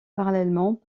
parallèlement